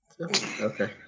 Okay